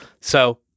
So-